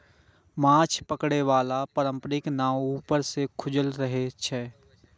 माछ पकड़े बला पारंपरिक नाव ऊपर सं खुजल रहै छै